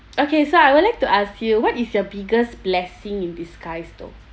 okay so I would like to ask you what is your biggest blessing in disguise though